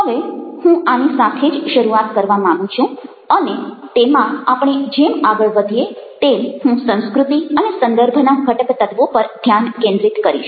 હવે હું આની સાથે જ શરૂઆત કરવા માગું છું અને તેમાં આપણે જેમ આગળ વધીએ તેમ હું સંસ્કૃતિ અને સંદર્ભના ઘટકતત્વો પર ધ્યાન કેન્દ્રિત કરીશ